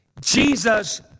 Jesus